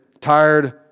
tired